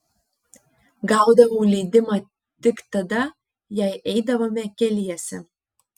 gaudavau leidimą tik tada jei eidavome keliese